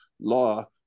law